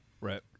right